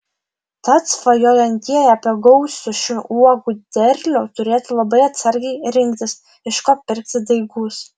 tad svajojantieji apie gausių šių uogų derlių turėtų labai atsargiai rinktis iš ko pirkti daigus